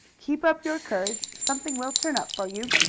keep up your courage! something will turn up for you.